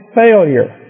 failure